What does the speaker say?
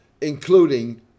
including